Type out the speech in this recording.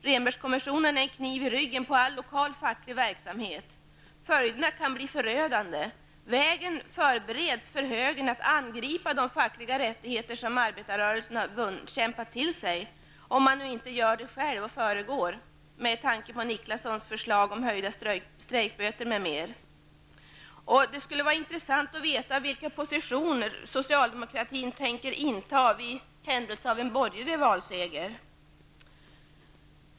Rehnberggruppen är en kniv i ryggen på all lokal facklig verksamhet. Följderna kan bli förödande. Vägen förbereds för högern att angripa de fackliga rättigheter som arbetarrörelsen har kämpat till sig, om inte regeringen själv, med tanke på Nicklassons förslag om höjda strejkböter, föregår detta. Det skulle vara intressant att veta vilken position socialdemokratin tänker inte i händelse av en borgerlig valseger.